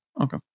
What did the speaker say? Okay